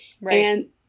Right